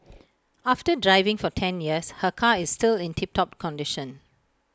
after driving for ten years her car is still in tip top condition